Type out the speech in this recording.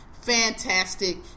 Fantastic